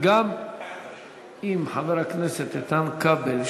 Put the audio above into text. אם גם חבר הכנסת איתן כבל,